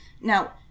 now